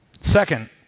Second